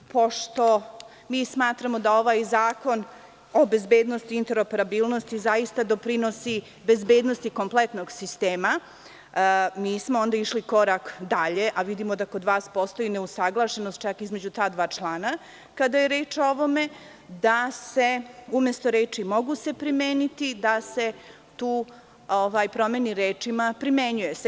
Pošto mi smatramo da ovaj zakon o bezbednosti i interoperabilnosti zaista doprinosi bezbednosti kompletnog sistema, mi smo onda išli korak dalje, a vidimo da kod vas postoji neusaglašenost čak i između ta dva člana kada je reč o ovome, tako da smo predložili da se reči: „mogu se primeniti“ promene rečima: „primenjuju se“